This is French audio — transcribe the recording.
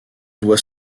doit